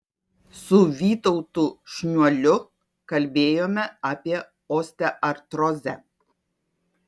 su vytautu šniuoliu kalbėjome apie osteoartrozę